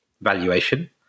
valuation